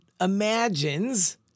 imagines